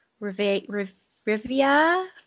Rivia